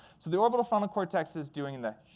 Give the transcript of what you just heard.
so the orbitofrontal cortex is doing the, shh,